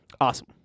awesome